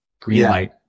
greenlight